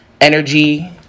energy